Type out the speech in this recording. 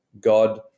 God